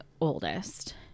oldest